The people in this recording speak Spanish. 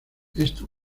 esto